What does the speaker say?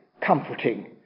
comforting